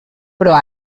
però